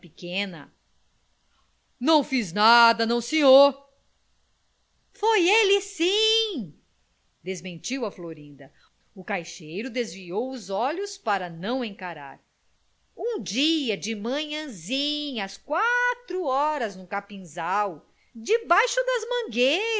pequena não fiz nada não senhor foi ele sim desmentiu o a florinda o caixeiro desviou os olhos para a não encarar um dia de manhãzinha às quatro horas no capinzal debaixo das